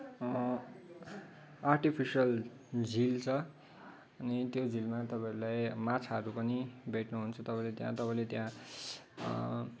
artificial झिल छ अनि त्यो झिलमा तपाईँहरूले माछाहरू पनि भेट्नुहुन्छ तपाईँहरूले त्यहाँ तपाईँले त्यहाँ